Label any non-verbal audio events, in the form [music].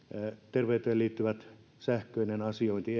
terveyteen liittyvä sähköinen puolesta asiointi [unintelligible]